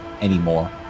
anymore